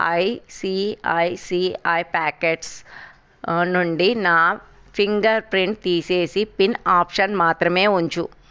ICICI packets నుండి నా finger print తీసేసి పిన్ ఆప్షన్ మాత్రమే ఉంచు